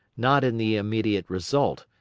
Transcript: not in the immediate result,